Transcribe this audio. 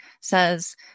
says